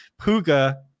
Puga